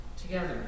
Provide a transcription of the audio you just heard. together